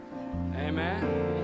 Amen